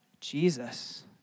Jesus